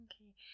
Okay